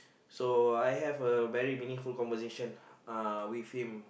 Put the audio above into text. so I have a very meaningful conversation uh with him